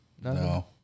No